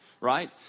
Right